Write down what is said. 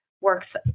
works